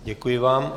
Děkuji vám.